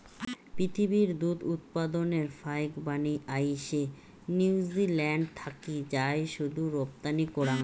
পিথীবির দুধ উৎপাদনের ফাইকবানী আইসে নিউজিল্যান্ড থাকি যায় শুধু রপ্তানি করাং